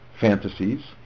fantasies